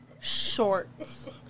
Shorts